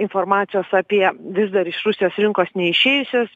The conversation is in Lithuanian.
informacijos apie vis dar iš rusijos rinkos neišėjusias